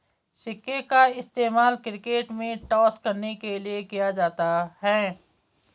सिक्के का इस्तेमाल क्रिकेट में टॉस करने के लिए किया जाता हैं